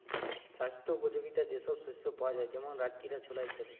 স্বাস্থ্য উপযোগিতা যে সব শস্যে পাওয়া যায় যেমন রাজগীরা, ছোলা ইত্যাদি